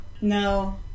No